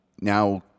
Now